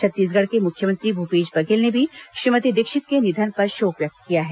छत्तीसगढ़ के मुख्यमंत्री भूपेश बघेल ने भी श्रीमती दीक्षित के निधन पर शोक व्यक्त किया है